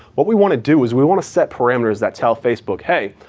what we want to do is we want to set parameters that tell facebook, hey,